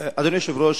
אדוני היושב-ראש,